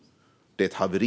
Det är ett haveri.